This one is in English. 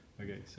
Okay